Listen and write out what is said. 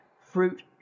fruit